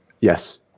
Yes